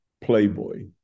playboy